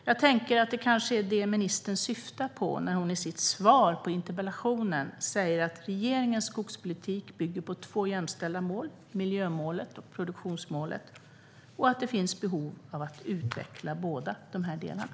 Jag tänker att det kanske är det ministern syftar på när hon i sitt svar på interpellationen säger att regeringens skogspolitik bygger på två jämställda mål, miljömålet och produktionsmålet, och att det finns behov av att utveckla båda de här delarna.